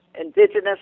Indigenous